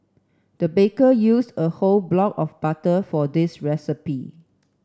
the baker used a whole block of butter for this recipe